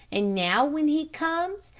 and now when he comes,